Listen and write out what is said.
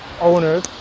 owners